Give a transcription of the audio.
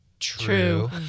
True